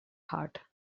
heart